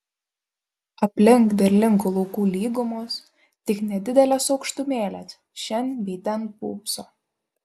aplink derlingų laukų lygumos tik nedidelės aukštumėlės šen bei ten pūpso